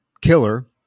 killer